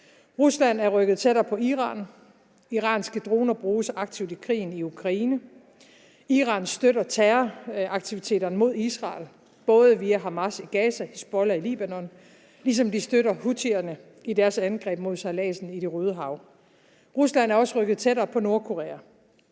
Rusland er rykket tættere på Iran. Iranske droner bruges aktivt i krigen i Ukraine. Iran støtter terroraktiviteterne mod Israel både via Hamas i Gaza og Hizbollah i Libanon, ligesom de støtter houthierne i deres angreb på sejladsen i Det Røde Hav. Rusland er også rykket tættere på Nordkorea